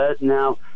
now